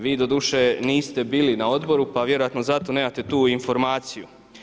Vi doduše niste bili na odboru pa vjerojatno zato nemate tu informaciju.